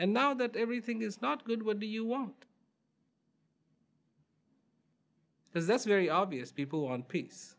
and now that everything is not good what do you want as that's very obvious people on peace